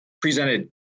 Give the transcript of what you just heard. presented